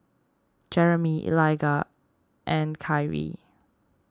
Jeremie Eliga and Kyree